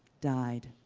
dyed,